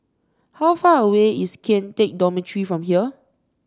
how far away is Kian Teck Dormitory from here